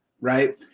right